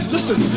Listen